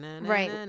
Right